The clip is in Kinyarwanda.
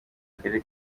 karere